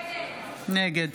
נגד